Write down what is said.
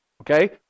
Okay